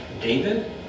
David